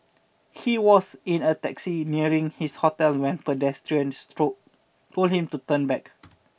he was in a taxi nearing his hotel when pedestrians stroke told him to turn back